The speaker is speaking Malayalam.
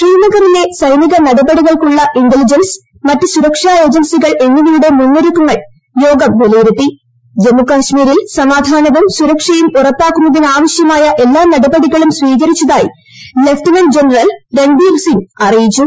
ശ്രീനഗറിലെസൈനീക നടപടികൾക്കുള്ളഇൻ്റലിജൻസ് മറ്റ്സുരക്ഷാ ഏജൻസികൾഎന്നിവയുടെമുന്നൊരുക്കങ്ങൾ ജമ്മുകാശ്മീരിൽ സമാധാനവുംസുരക്ഷയുംഉറപ്പാക്കുന്നതിനാവശ്യമായഎല്ലാ നടപടികളുംസ്വീകരിച്ചതായിലഫ്റ്റനന്റ് ജനറൽ രൺബീർസിംഗ്അറിയിച്ചു